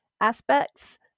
aspects